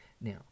Now